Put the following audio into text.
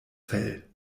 fell